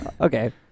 Okay